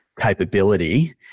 capability